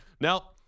now